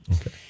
Okay